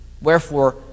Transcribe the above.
Wherefore